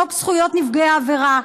חוק זכויות נפגעי עבירה,